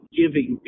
giving